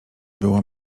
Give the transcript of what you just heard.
było